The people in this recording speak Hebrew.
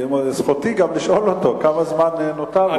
זכותי גם לשאול אותו כמה זמן נותר לו,